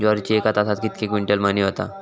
ज्वारीची एका तासात कितके क्विंटल मळणी होता?